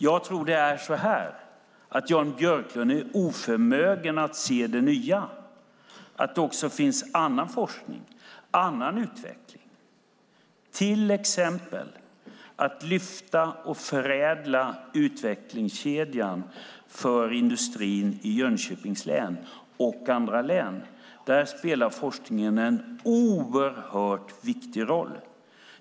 Jag tror att det är så här: Jan Björklund är oförmögen att se det nya, att det finns också annan forskning, annan utveckling, till exempel att lyfta och förädla utvecklingskedjan för industrin i Jönköpings län och andra län. Där spelar forskningen en oerhört viktig roll.